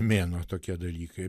mėnuo tokie dalykai